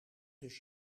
dus